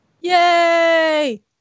Yay